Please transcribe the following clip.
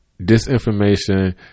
Disinformation